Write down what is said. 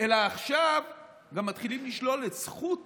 אלא עכשיו גם מתחילים לשלול את זכות